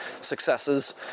successes